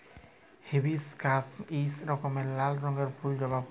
hibiscus ইক রকমের লাল রঙের ফুল জবা ফুল